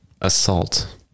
assault